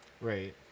Right